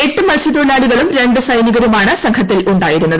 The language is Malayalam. എട്ട് മത്സ്യത്തൊഴിലാളികളും രണ്ട് സൈനികരുമാണ് സംഘത്തിൽ ഉണ്ടായിരുന്നത്